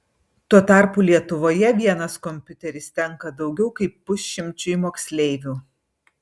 tuo tarpu lietuvoje vienas kompiuteris tenka daugiau kaip pusšimčiui moksleivių